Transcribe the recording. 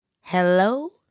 hello